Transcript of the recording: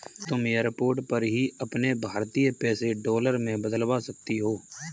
तुम एयरपोर्ट पर ही अपने भारतीय पैसे डॉलर में बदलवा सकती हो